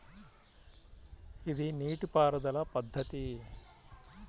ఇది నీటిపారుదల పద్ధతి